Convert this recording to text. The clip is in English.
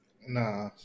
Nah